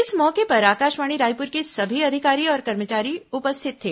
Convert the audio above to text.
इस मौके पर आकाषवाणी रायपुर के सभी अधिकारी और कर्मचारी उपस्थित थे